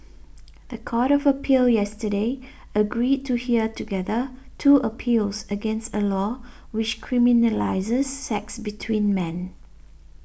the Court of Appeal yesterday agreed to hear together two appeals against a law which criminalises sex between men